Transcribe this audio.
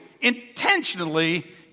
intentionally